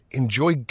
enjoy